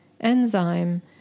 enzyme